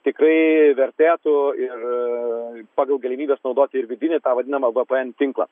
tikrai vertėtų ir pagal galimybes naudoti ir vidinį tą vadinamą vpn tinklą